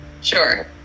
Sure